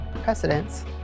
precedents